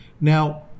Now